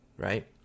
Right